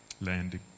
Landing